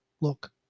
look